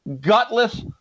gutless